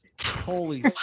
holy